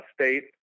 state